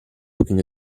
looking